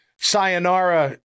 sayonara